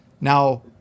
now